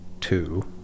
two